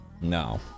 no